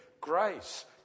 grace